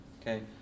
okay